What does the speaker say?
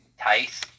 Tice